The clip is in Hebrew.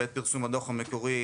בעת פרסום הדוח המקורי,